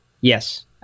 Yes